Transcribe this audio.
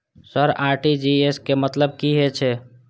Sir RTGS के मतलब की हे छे?